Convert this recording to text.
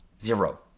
Zero